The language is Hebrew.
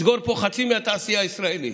סגורה פה חצי מהתעשייה הישראלית.